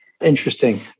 Interesting